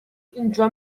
اینجا